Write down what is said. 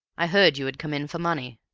i heard you had come in for money?